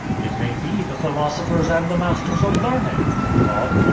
it may be the philosophers and the masters of learning, they thought.